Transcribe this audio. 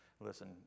Listen